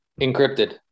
Encrypted